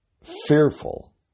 fearful